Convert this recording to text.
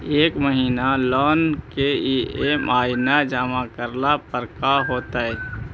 एक महिना लोन के ई.एम.आई न जमा करला पर का होतइ?